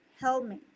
helmet